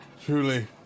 Truly